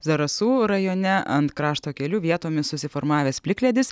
zarasų rajone ant krašto kelių vietomis susiformavęs plikledis